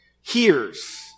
hears